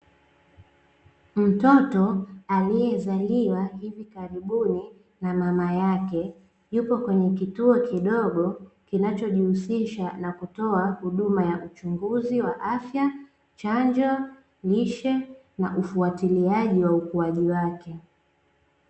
Mtoto aliyezaliwa hivi karibuni na mama yake yuko kwenye kituo kidogo kinachojihusisha na kutoa huduma ya uchunguzi wa afya chanjo, lishe na ufuatiliaji wa ukuaji wake.